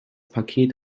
paket